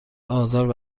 آزار